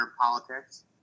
politics